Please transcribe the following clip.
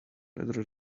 rather